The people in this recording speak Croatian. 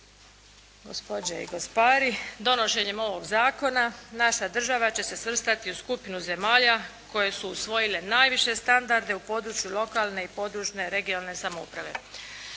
Gospođe i gospari, donošenjem ovog zakona naša država će se svrstati u skupinu zemalja koje su usvojile najviše standarde u području lokalne i područne (regionalne) samouprave.